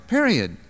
Period